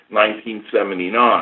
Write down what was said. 1979